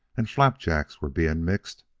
and flapjacks were being mixed,